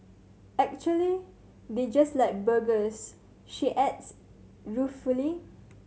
actually they just like burgers she adds ruefully